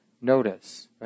notice